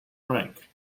rank